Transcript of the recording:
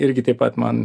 irgi taip pat man